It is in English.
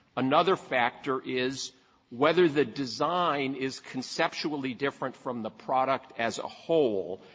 another factor is whether the design is conceptually different from the product as a whole,